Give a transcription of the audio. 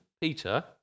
Peter